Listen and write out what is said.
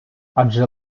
адже